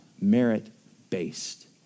merit-based